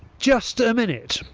just a minute.